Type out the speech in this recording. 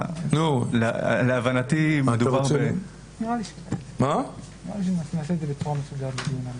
נראה לי שנעשה את זה בצורה מסודרת בדיון הבא.